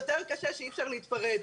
יותר קשה כשאי אפשר להתפרץ,